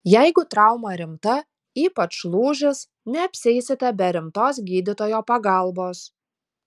jeigu trauma rimta ypač lūžis neapsieisite be rimtos gydytojo pagalbos